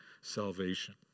salvation